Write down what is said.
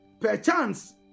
perchance